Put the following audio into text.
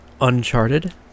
Uncharted